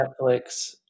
Netflix